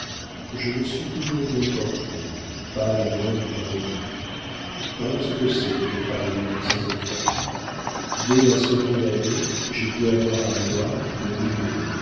je me suis toujours bien porté pas la moindre maladie voilà ce que c'est que de travailler pour ses enfants dès la seconde année j'ai pu avoir à moi le mignon